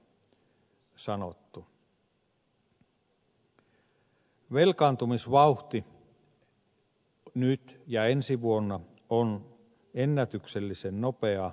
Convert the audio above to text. velkaantumisvauhti nyt ja ensi vuonna on ennätyksellisen nopeaa